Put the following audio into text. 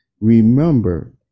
remember